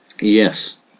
Yes